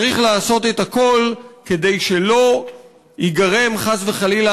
צריך לעשות את הכול כדי שלא ייגרם חס וחלילה